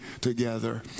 together